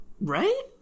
Right